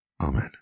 Amen